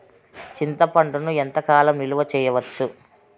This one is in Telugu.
చింతపండును ఎంత కాలం నిలువ చేయవచ్చు?